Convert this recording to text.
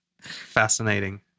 Fascinating